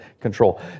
control